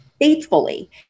faithfully